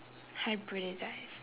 hybridise